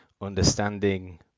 understanding